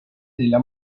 nella